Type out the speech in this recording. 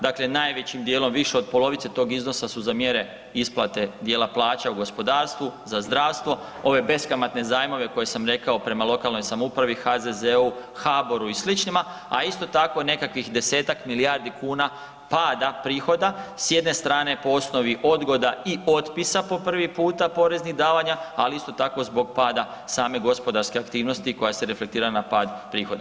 Dakle, najvećim dijelom, više od polovice tog iznosa su za mjere isplate dijela plaća u gospodarstvu, za zdravstvo, ove beskamatne zajmove koje sam rekao prema lokalnoj samoupravi, HZZO-u, HBOR-u i sličnima, a isto tako, nekakvih 10-tak milijardi kuna pada prihoda, s jedne strane po osnovi odgoda i otpisa po prvi puta, poreznih davanja, ali isto tako zbog pada same gospodarske aktivnosti koja se reflektira na pad prihoda.